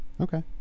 Okay